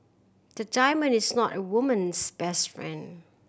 the diamond is not a woman's best friend